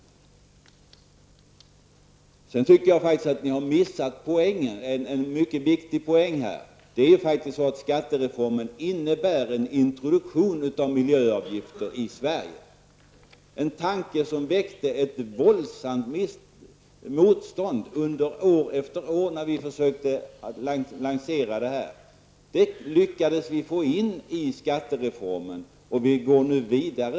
Jag tycker faktiskt att ni har missat en mycket viktig poäng. Skattereformen innebär en introduktion av miljöavgifter i Sverige. Det väckte år efter år våldsamt motstånd när vi försökte att lansera miljöavgifter, men vi lyckades få med detta i skattereformen. Vi går nu vidare.